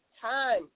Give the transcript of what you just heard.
time